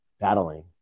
battling